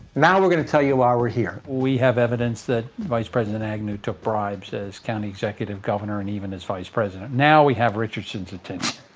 now we're going to tell you why we're here. we have evidence that vice president agnew took bribes as county executive, governor and even as vice president. now we have richardson's attention!